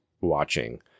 watching